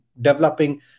developing